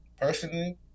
personally